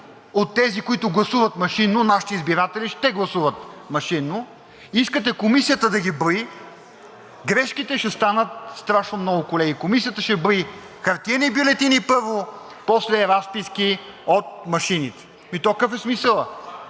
на тези, които гласуват машинно – нашите избиратели ще гласуват машинно, искате комисията да ги брои, грешките ще станат страшно много, колеги. Комисията ще брои хартиени бюлетини първо, после разписки от машините. Ами то какъв е смисълът?